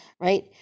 right